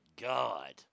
God